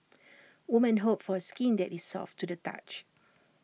women hope for skin that is soft to the touch